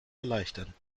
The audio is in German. erleichtern